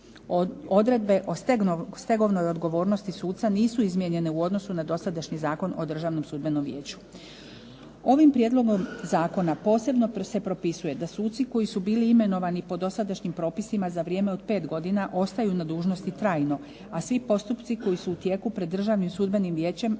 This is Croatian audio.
Odredbe o stegovnoj odgovornosti suca nisu izmijenjene u odnosu na dosadašnji Zakon o Državnom sudbenom vijeću. Ovim prijedlogom zakona posebno se propisuje da suci koji su bili imenovani po dosadašnjim propisima za vrijeme od 5 godina ostaju na dužnosti trajno, a svi postupci koji su u tijeku pred Državnim sudbenim vijećem